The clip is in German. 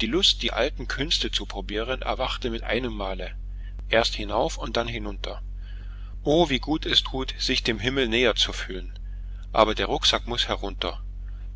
die lust die alten künste zu probieren erwachte mit einem male erst hinauf und dann hinunter o wie gut es tut sich dem himmel näher zu fühlen aber der rucksack muß herunter